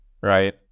right